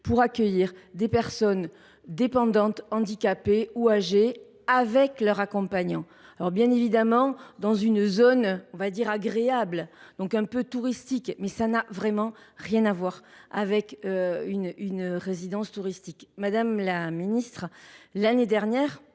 pour accueillir des personnes dépendantes, handicapées ou âgées avec leur accompagnant. Certes, évidemment, la zone choisie est agréable, donc un peu touristique, mais il n’y a aucun rapport avec une résidence touristique. Madame la ministre, l’année dernière,